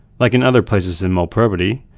like in other places in molprobity,